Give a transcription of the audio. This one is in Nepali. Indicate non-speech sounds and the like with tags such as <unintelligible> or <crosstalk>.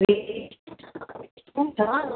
<unintelligible>